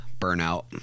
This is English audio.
Burnout